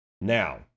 Now